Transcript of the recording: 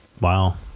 Wow